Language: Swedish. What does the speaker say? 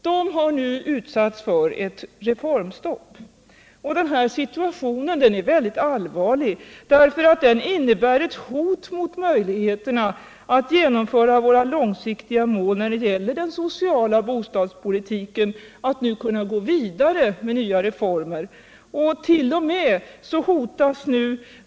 Den här situationen är utomordentligt allvarlig, eftersom den innebär ett hot mot möjligheterna att genomföra våra långsiktiga mål för den sociala bostadspolitiken och gå vidare med nya reformer. Nu hotast.o.m.